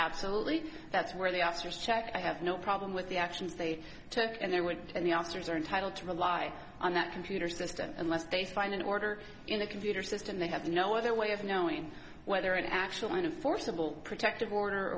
absolutely that's where the officers check i have no problem with the actions they took and they would and the officers are entitled to rely on that computer system unless they find an order in the computer system they have no other way of knowing whether an actual line of forcible protective order